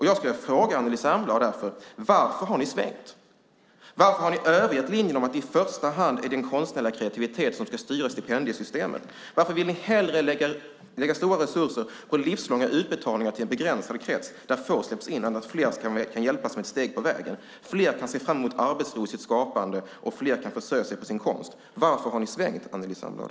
Jag skulle vilja fråga Anneli Särnblad: Varför har ni svängt? Varför har ni övergett linjen om att det i första hand är den konstnärliga kreativiteten som ska styra stipendiesystemet? Varför vill ni hellre lägga stora resurser på livslånga utbetalningar till en begränsad krets där få släpps in än att fler kan hjälpas som ett steg på vägen, se fram emot arbetsro i sitt skapande och försörja sig på sin konst? Varför har ni svängt, Anneli Särnblad?